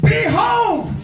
Behold